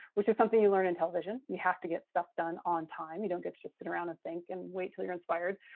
which is something you learn in television. you have to get stuff done on time. you don't get to just sit around and think and wait til you're inspired.